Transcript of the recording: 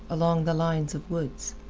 along the line of woods.